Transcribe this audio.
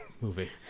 movie